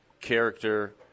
character